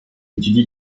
étudie